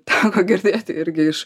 teko girdėti irgi iš